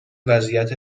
وضعیت